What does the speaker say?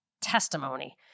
testimony